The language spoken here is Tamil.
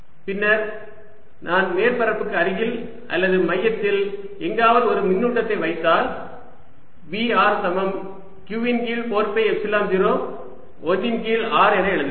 பின்னர் நான் மேற்பரப்புக்கு அருகில் அல்லது மையத்தில் எங்காவது ஒரு மின்னூட்டத்தை வைத்தால் V r சமம் q இன் கீழ் 4 பை எப்சிலன் 0 1 இன் கீழ் r என எழுதுவேன்